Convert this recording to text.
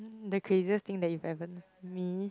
the craziest thing that you've ever me